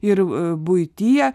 ir buityje